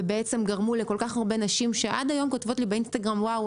הרבה נשים עד היום כותבות לי באינסטגרם: וואו,